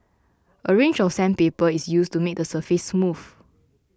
a range of sandpaper is used to make the surface smooth